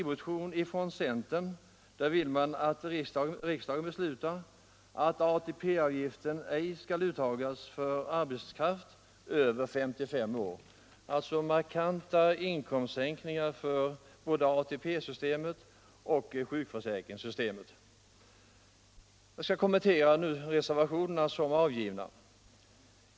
Motionsförslagen medför alltså påtagliga inkomstsänkningar för både ATP-systemet och sjukförsäkringsystemet. Jag skall kommentera de reservationer som har avgivits.